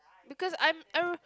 because I'm I re~